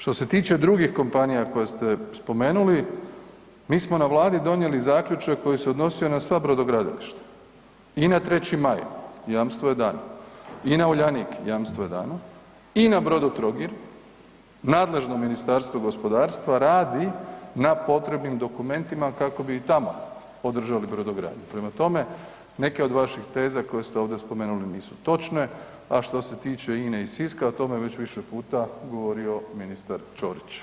Što se tiče drugih kompanija koje ste spomenuli, mi smo na vladi donijeli zaključak koji se odnosio na sva brodogradilišta, i na 3. Maj jamstvo je dano, i na Uljanik jamstvo je dano i na Brodotrogir nadležno Ministarstvo gospodarstva radi na potrebnim dokumentima kako bi i tamo podržali brodogradnju prema tome neke od vaših teza koje ste ovdje spomenuli, nisu točne a što se tiče INA-e i Siska, o tome je već više puta govorio ministar Čorić.